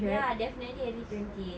ya definitely early twenties